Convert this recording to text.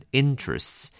interests